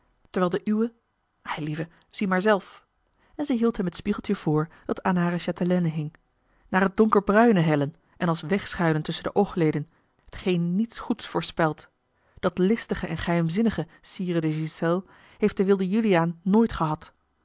terwijl de uwe eilieve zie maar zelf en zij hield hem het spiegeltje voor dat aan hare châtelaine hing naar het donkerbruine hellen en als wegschuilen tusschen de oogleden t geen niets goeds voorspelt dat listige en geheimzinnige sire de ghiselles heeft de wilde juliaan nooit gehad